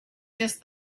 just